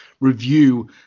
review